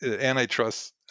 antitrust